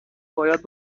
باید